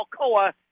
Alcoa